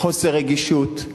חוסר רגישות,